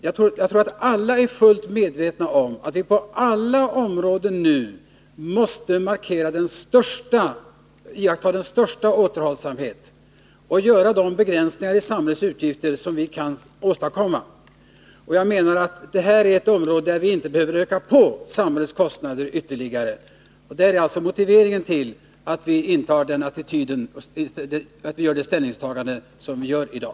Jag tror att alla är fullt medvetna om att vi nu på samtliga områden måste iaktta den största återhållsamhet och göra de begränsningar i samhällets utgifter som vi kan åstadkomma. Jag menar att detta är ett område där vi inte ytterligare behöver öka på samhällets kostnader. Det är alltså bakgrunden till vårt ställningstagande i dag.